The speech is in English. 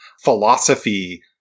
philosophy